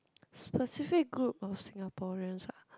specific group of Singaporeans ah